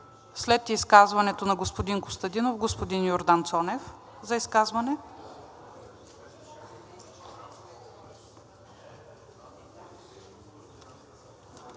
След изказването на господин Костадинов – господин Йордан Цонев за изказване.